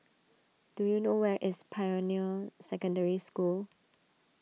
do you know where is Pioneer Secondary School